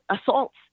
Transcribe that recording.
assaults